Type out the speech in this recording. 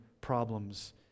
problems